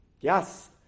Yes